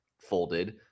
folded